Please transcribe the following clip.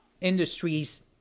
industries